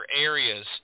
areas